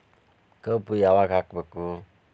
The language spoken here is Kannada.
ಕಬ್ಬು ಯಾವಾಗ ಹಾಕಬೇಕು?